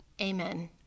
Amen